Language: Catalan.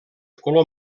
color